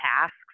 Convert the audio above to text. tasks